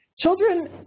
Children